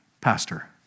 Pastor